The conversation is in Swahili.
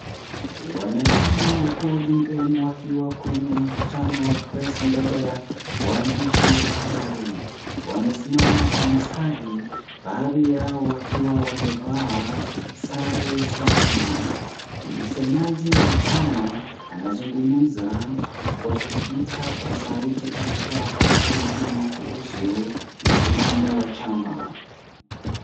Wanachama wa ODM wakiwa kwenye mkutano wa press mbele ya waandishi wa habari. Wamesimama kwa mstari baadhi yao wakiwa wamevaa sare safi. Msemaji wa chama, anazungumza kwa kupitia kwa sauti akitoa taarifa muhimu kuhusu msimamo wa chama.